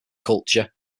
culture